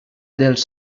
dels